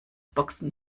boxen